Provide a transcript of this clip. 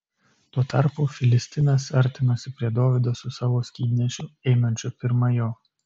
tuo tarpu filistinas artinosi prie dovydo su savo skydnešiu einančiu pirma jo